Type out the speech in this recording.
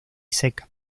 seca